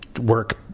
work